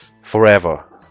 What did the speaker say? forever